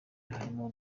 harimo